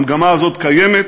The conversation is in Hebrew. המגמה הזאת קיימת,